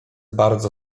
bardzo